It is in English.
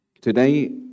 today